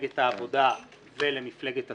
למפלגת העבודה ולמפלגת התנועה.